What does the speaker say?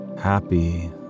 happy